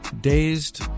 dazed